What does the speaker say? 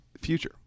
future